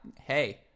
hey